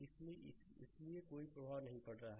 इसलिए इसीलिए इसका कोई प्रभाव नहीं पड़ रहा है